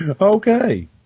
Okay